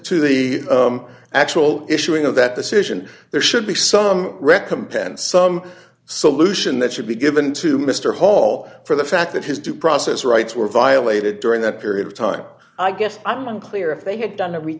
to the actual issuing of that decision there should be some recompense some solution that should be given to mr hall for the fact that his due process rights were violated during that period of time i guess i'm unclear if they had done t